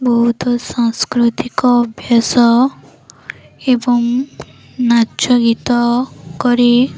ବହୁତ ସଂସ୍କୃତିକ ଅଭ୍ୟାସ ଏବଂ ନାଚ ଗୀତ କରି